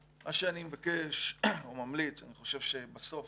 מה שאני מבקש או ממליץ, אני חושב שבסוף,